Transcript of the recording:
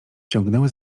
ciągnęły